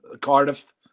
cardiff